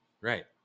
Right